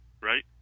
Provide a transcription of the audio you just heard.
Right